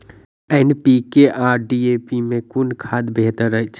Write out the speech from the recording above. NPK आ DAP मे कुन खाद बेहतर अछि?